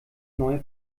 neue